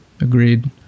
Agreed